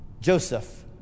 Joseph